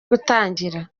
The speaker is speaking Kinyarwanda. gutangira